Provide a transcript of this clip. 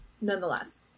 nonetheless